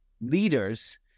leaders